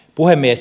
puhemies